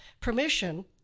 permission